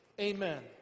Amen